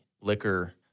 liquor